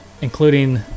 including